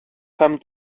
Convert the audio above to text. femme